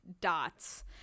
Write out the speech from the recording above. dots